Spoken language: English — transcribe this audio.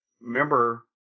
Remember